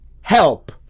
Help